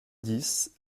dix